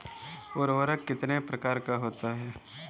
उर्वरक कितने प्रकार का होता है?